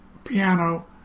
Piano